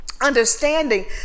Understanding